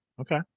okay